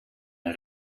een